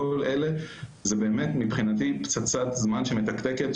כל אלה הם באמת מבחינתי פצצת זמן מתקתקת